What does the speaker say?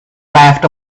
laughed